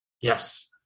Yes